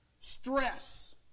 Stress